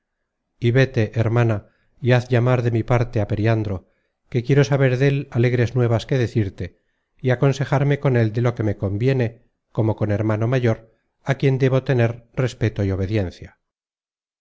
véte hermana y haz llamar de mi parte á periandro que quiero saber dél alegres nuevas que decirte y aconsejarme con él de lo que me conviene como con hermano mayor á quien debo tener respeto y obediencia